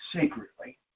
secretly